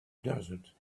desert